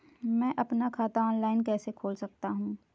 मैं अपना खाता ऑफलाइन कैसे खोल सकता हूँ?